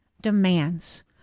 demands